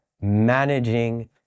managing